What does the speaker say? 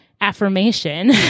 affirmation